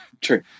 true